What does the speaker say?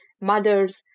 mothers